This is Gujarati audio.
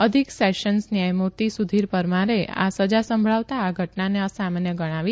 અધિક સેશન્સ ન્યાયમૂર્તિ સુધીર રમારે આ સજા સંભળાવતા આ ઘટનાને અસામાન્ય ગણાવી